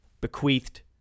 bequeathed